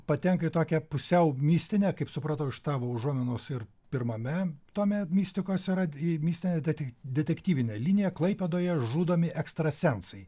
patenka į tokią pusiau mistinę kaip supratau iš tavo užuominos ir pirmame tome mistikos yra mistinę detek detektyvinę liniją klaipėdoje žudomi ekstrasensai